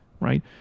right